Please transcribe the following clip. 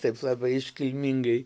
taip labai iškilmingai